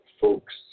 Folks